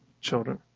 children